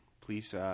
please